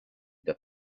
that